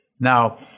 Now